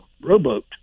rowboat